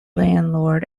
landlord